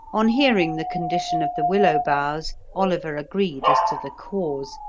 on hearing the condition of the willow boughs oliver agreed as to the cause,